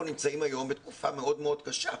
אנחנו נמצאים היום בתקופה מאוד מאוד קשה,